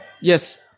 Yes